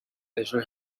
ejo